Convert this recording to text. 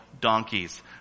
donkeys